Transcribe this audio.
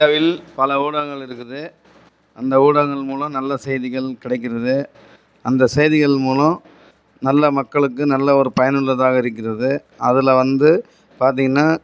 இந்தியாவில் பல ஊடகங்கள் இருக்குது அந்த ஊடகங்கள் மூலம் நல்ல செய்திகள் கிடைக்கிறது அந்த செய்திகள் மூலம் நல்ல மக்களுக்கு நல்ல ஒரு பயனுள்ளதாக இருக்கிறது அதில் வந்து பார்த்தீங்கனா